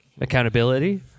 Accountability